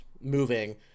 moving